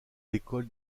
l’école